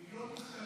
מיליון מובטלים.